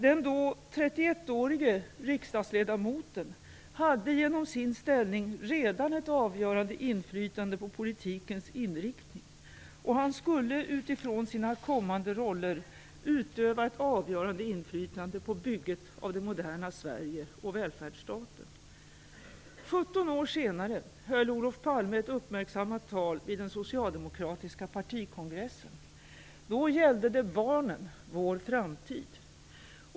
Den då 31-årige riksdagsledamoten hade genom sin ställning redan ett avgörande inflytande på politikens inriktning, och han skulle utifrån sina kommande roller utöva ett avgörande inflytande på bygget av det moderna Sverige och välfärdsstaten. 17 år senare höll Olof Palme ett uppmärksammat tal vid den socialdemokratiska partikongressen. Då gällde det barnen - vår framtid.